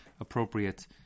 appropriate